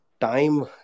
time